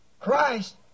Christ